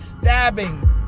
stabbing